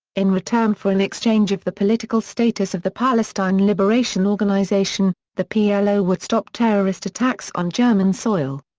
in return for an exchange of the political status of the palestine liberation organization, the plo would stop terrorist attacks on german soil.